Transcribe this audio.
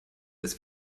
ist